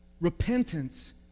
Repentance